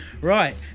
Right